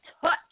touch